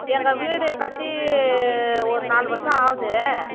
எங்கள் வீடு கட்டி ஒரு நாலு வருஷம் ஆகுது